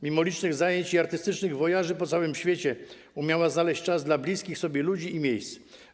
Mimo licznych zajęć i artystycznych wojaży po całym świecie umiała znaleźć czas dla bliskich sobie ludzi i miejsc.